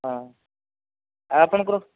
ହଁ ଆଉ ଆପଣଙ୍କର